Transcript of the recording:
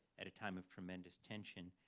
at a time of tremendous tension.